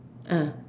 ah